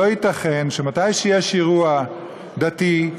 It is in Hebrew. שלא ייתכן שכשיש אירוע דתי,